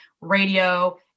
radio